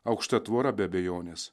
aukšta tvora be abejonės